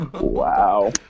Wow